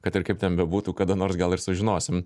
kad ir kaip ten bebūtų kada nors gal ir sužinosim